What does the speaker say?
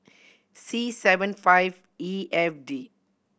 C seven five E F D